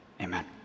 amen